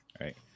Right